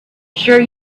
sure